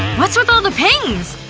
what's with all the pings?